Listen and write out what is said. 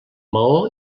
maó